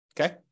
Okay